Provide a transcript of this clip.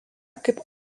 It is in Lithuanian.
kaip